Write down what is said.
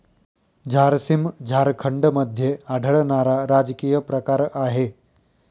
झारसीम झारखंडमध्ये आढळणारा राजकीय प्रकार आहे